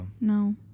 no